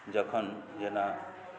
जखन जेना